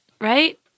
right